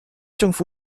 政府